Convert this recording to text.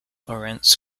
lorentz